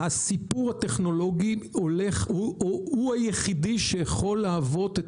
הסיפור הטכנולוגי הולך והוא יחידי שיכול להוות את